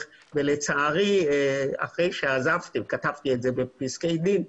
ולצערי אחרי שעזבתי וכתבתי את זה בפסקי דין,